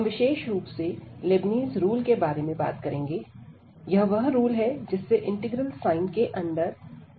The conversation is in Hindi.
हम विशेष रूप से लेबनीज़ रूल के बारे में बात करेंगे यह वह रूल है जिससे इंटीग्रल साइन के अंदर डिफरेंटशिएशन किया जाता है